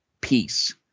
peace